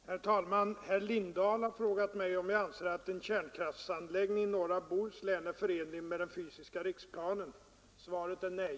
Herr talman! Herr Lindahl i Hamburgsund har frågat mig om jag anser att en kärnkraftsanläggning i norra Bohuslän är förenlig med den fysiska riksplanen. Svaret är nej.